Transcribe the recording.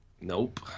nope